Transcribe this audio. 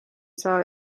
saa